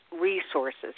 resources